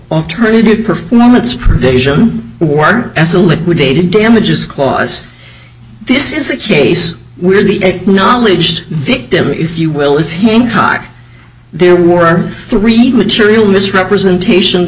alternative performance provision or as a liquidated damages clause this is a case where the acknowledged victim if you will is hancock there were three material misrepresentation